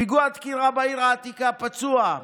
פיגוע דקירה בעיר העתיקה עם פצוע,